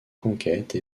conquêtes